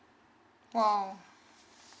oh